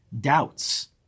doubts